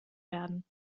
werden